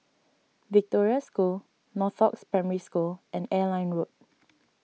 Victoria School Northoaks Primary School and Airline Road